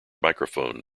microphone